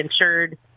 insured